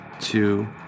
two